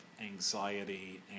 anxiety